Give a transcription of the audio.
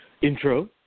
intro